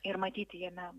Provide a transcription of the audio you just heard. ir matyti jame